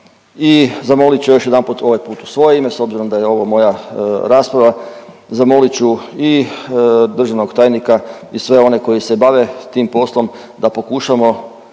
I zamolit ću još jedanput, ovaj put u svoje ime, s obzirom da je ovo moja rasprava, zamolit ću i državnog tajnika i sve one koji se bave tim poslom, da pokušamo